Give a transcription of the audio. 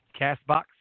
Castbox